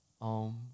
Om